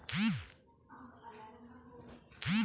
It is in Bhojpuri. बड़ बड़ व्यवसायी जादातर चेक फ्रॉड के काम कर देवेने